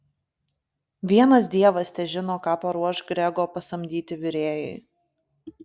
vienas dievas težino ką paruoš grego pasamdyti virėjai